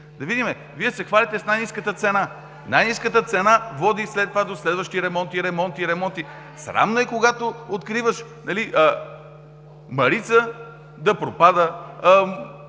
да видим – Вие се хвалите с най-ниската цена. Най-ниската цена води след това до следващи ремонти, ремонти, ремонти… Срамно е, когато откриваш „Марица“ – да пропада,